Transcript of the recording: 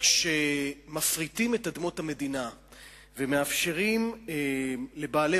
כשמפריטים את אדמות המדינה ומאפשרים לבעלי